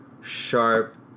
sharp